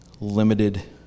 limited